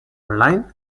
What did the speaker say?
online